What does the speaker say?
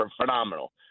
phenomenal